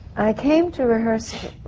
i came to rehearsal.